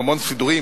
עם המון סידורים,